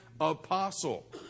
apostle